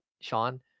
Sean